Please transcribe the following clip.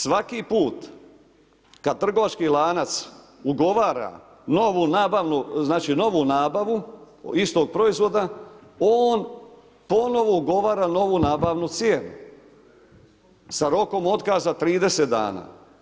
Svaki put kada trgovački lanac ugovara novu nabavu istog proizvoda, on ponovo ugovara novu nabavnu cijenu sa rokom otkaza 30 dana.